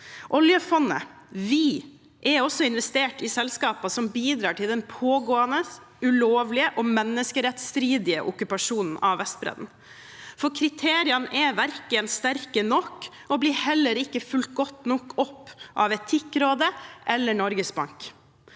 Oljefondet – vi – er også investert i selskaper som bidrar til den pågående, ulovlige og menneskerettsstridige okkupasjonen av Vestbredden. Kriteriene er ikke sterke nok, og blir heller ikke fulgt godt nok opp av Etikkrådet eller Norges Bank.